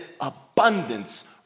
abundance